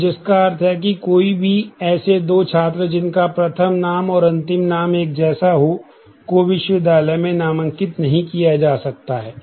तो जिसका अर्थ है कि कोई भी ऐसे दो छात्र जिनका प्रथम नाम और अंतिम नाम एक जैसा हो को विश्वविद्यालय में नामांकित नहीं किया जा सकता है